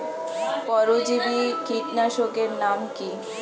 পরজীবী কীটনাশকের নাম কি?